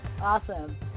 Awesome